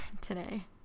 today